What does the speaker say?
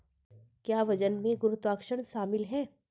क्या वजन में गुरुत्वाकर्षण शामिल है?